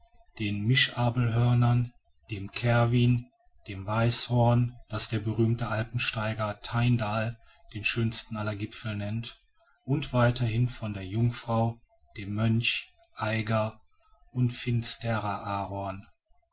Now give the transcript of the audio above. den mischabelhörnern dem cervin dem weißhorn das der berühmte alpenersteiger tyndall den schönsten aller gipfel nennt und weiterhin von der jungfrau dem mönch eiger und